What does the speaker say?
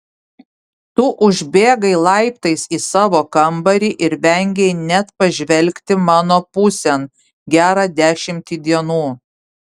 tu užbėgai laiptais į savo kambarį ir vengei net pažvelgti mano pusėn gerą dešimtį dienų